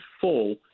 full